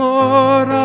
Lord